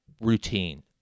routine